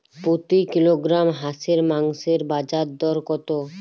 প্রতি কিলোগ্রাম হাঁসের মাংসের বাজার দর কত?